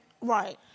Right